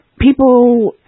People